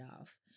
off